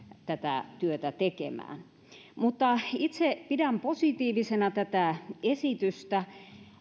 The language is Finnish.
tätä työtä tekemään itse pidän positiivisena tätä esitystä